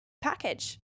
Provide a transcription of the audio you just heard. package